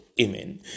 Amen